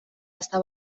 està